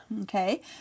Okay